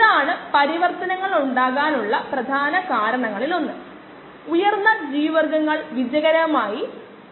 303 by kd log 5 to the base 10നു തുല്യമാണ്